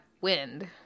wind